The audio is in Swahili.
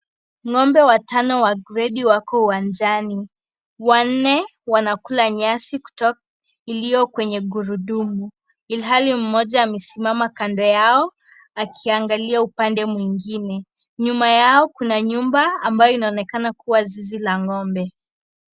Ngombe watano wa gredi wako uwanjani. Wanne, wanakula nyasi ilio kwenye gurudumu, ilhali mmoja amesimama kando yao, akiangalia upande mwingine. Nyuma yao kuna nyumba ambayo inaonekana kuwa zizi la ngombe.